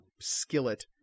skillet